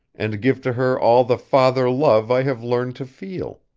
and give to her all the father love i have learned to feel?